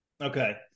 Okay